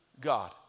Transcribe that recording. God